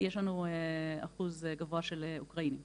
יש לנו אחוז גדול של אוקראינים